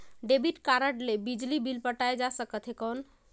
Debit card ले बिजली bill पटाय जा सकथे कौन?